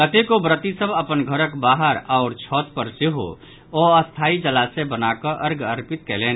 कतेको व्रति सभ अपन घरक बाहर आओर छत पर सेहो अस्थायी जलाशय बनाकऽ अर्ध्य अर्पित कयलनि